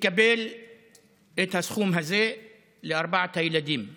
תקבל את הסכום הזה לארבעת הילדים הראשונים,